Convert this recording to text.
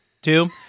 two